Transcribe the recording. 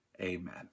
Amen